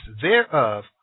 thereof